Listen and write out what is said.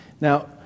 Now